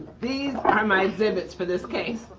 these are my exhibits for this case.